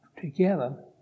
together